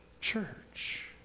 church